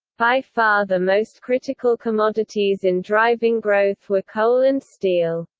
by far the most critical commodities in driving growth were coal and steel.